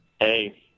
Hey